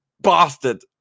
bastard